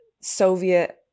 Soviet